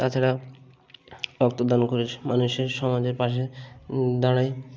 তাছাড়া রক্তদান করে মানুষের সমাজের পাশে দাঁড়াই